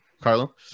Carlo